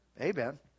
Amen